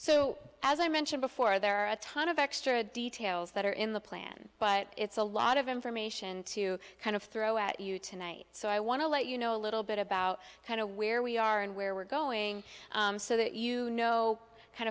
so as i mentioned before there are a ton of extra details that are in the plan but it's a lot of information to kind of throw at you tonight so i want to let you know a little bit about kind of where we are and where we're going so that you know kind